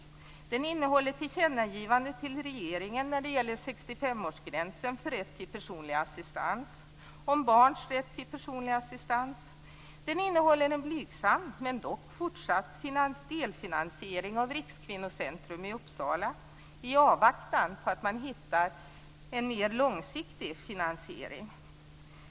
Betänkandet innehåller vidare ett tillkännagivande till regeringen när det gäller 65-årsgränsen för rätt till personlig assistans och om barns rätt till personlig assistans. Det innehåller en blygsam, men dock fortsatt delfinansiering av Rikskvinnocentrum i Uppsala i avvaktan på en mer långsiktig finansiering.